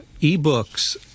e-books